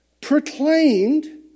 proclaimed